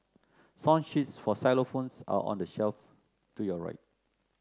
song sheets for xylophones are on the shelf to your right